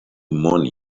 money